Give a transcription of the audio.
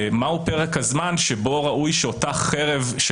ומשם גם נגזר שרק כאשר זכאים לקבל את